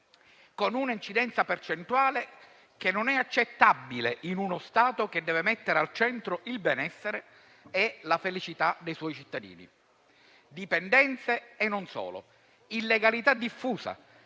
con una incidenza percentuale che non è accettabile in uno Stato che deve mettere al centro il benessere e la felicità dei suoi cittadini -, in dipendenze e in illegalità diffusa